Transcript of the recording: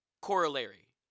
corollary